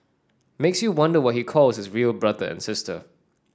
makes you wonder what he calls his real brother and sister